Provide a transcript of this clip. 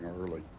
early